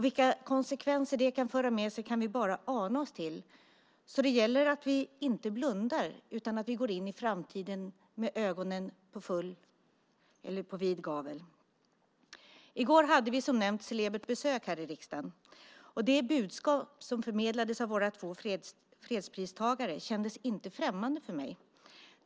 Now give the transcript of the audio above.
Vilka konsekvenser det kan föra med sig kan vi bara ana oss till, så det gäller att vi inte blundar utan går in i framtiden med vidöppna ögon. I går hade vi, som nämnts, celebert besök här i riksdagen. Det budskap som förmedlades av de två fredspristagarna kändes inte främmande för mig.